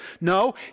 No